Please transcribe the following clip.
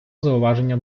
зауваження